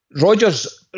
Rogers